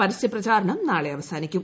പരസ്യ പ്രചരണം നാളെ അവസാനിക്കും